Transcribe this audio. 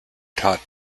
taught